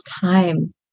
time